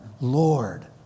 Lord